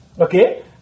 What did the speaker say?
Okay